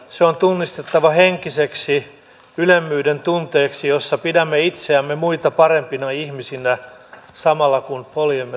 se on tunnistettava henkiseksi ylemmyydentunteeksi jossa pidämme itseämme muita parempina ihmisinä samalla kun poljemme toisiamme